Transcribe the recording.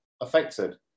affected